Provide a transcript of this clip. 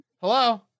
Hello